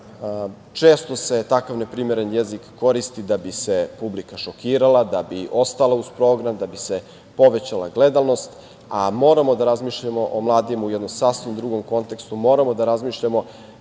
Često se takav neprimeren jezik koristi da bi se publika šokirala, da bi ostala uz program, da bi se povećala gledanost, a moramo da razmišljamo o mladima u jednom sasvim drugom kontekstu, moramo da razmišljamo